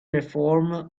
reform